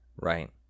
Right